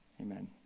Amen